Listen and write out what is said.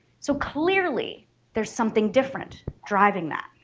so clearly there's something different driving that.